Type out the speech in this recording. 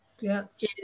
Yes